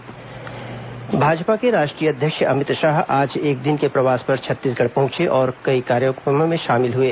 अमित शाह छत्तीसगढ़ भाजपा के राष्ट्रीय अध्यक्ष अमित शाह आज एक दिन के प्रवास पर छत्तीसगढ़ पहुंचे और कई कार्यक्रमों में शामिल हुए